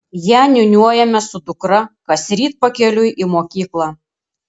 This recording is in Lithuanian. ją niūniuojame su dukra kasryt pakeliui į mokyklą